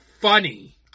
funny